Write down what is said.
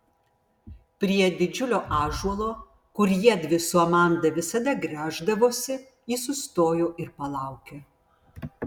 prie didžiulio ąžuolo kur jiedvi su amanda visada gręždavosi ji sustojo ir palaukė